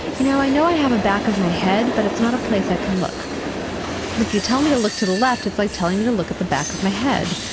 you know, i know i have a back of my head but it's not a place i can look, and if you tell me to look to the left it's like telling me to look at the back of my head.